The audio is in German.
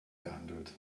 gehandelt